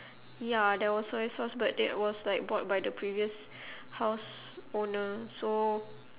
ya there was soy sauce but that was like bought by the previous houseowner so